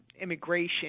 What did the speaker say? immigration